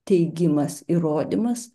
teigimas įrodymas